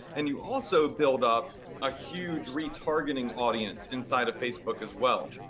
and you also build up a huge retargeting audience inside of facebook as well.